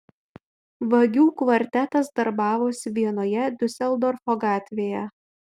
vagių kvartetas darbavosi vienoje diuseldorfo gatvėje